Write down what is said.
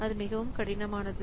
அது கடினமானது